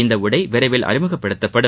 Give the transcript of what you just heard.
இந்த உடை விரைவில் அறிமுகப்படுத்தப்படும்